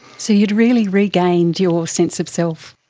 so you had really regained your sense of self.